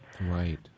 Right